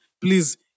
Please